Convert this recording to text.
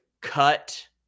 cut